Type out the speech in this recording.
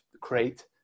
create